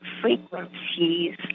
frequencies